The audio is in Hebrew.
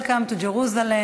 Welcome to Jerusalem,